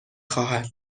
خواهد